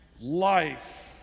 life